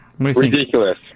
Ridiculous